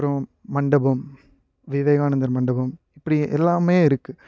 அப்றம் மண்டபம் விவேகானந்தர் மண்டபம் இப்படியே எல்லாமே இருக்குது